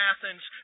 Athens